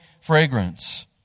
fragrance